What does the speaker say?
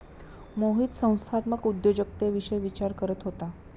मोहित संस्थात्मक उद्योजकतेविषयी विचार करत होता